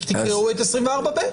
תקראו את סעיף 24(ב).